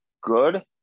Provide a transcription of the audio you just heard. good